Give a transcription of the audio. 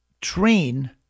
train